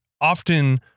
often